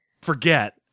forget